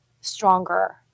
stronger